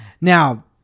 Now